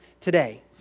today